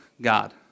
God